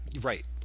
Right